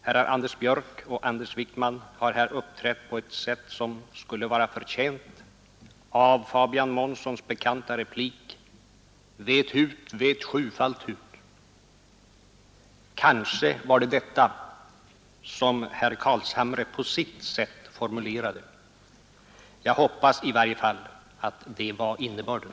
Herrar Anders Björck och Anders Wijkman har trots detta uppträtt på ett sätt som skulle vara förtjänt av Fabian Månssons bekanta replik: ”Vet hut, vet sjufalt hut!” Kanske var det detta som herr Carlshamre på sitt sätt formulerade. Jag hoppas i varje fall att det var innebörden.